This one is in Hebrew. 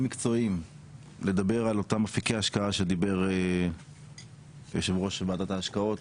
מקצועיים לוועדה לדבר על אותם אפיקי השקעה שדיבר יושב ראש ועדת ההשקעות,